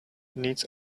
needs